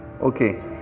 okay